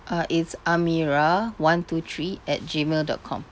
uh it's amira one two three at Gmail dot com